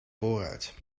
voorruit